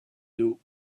duh